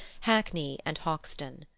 hackney and hoxton.